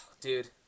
Dude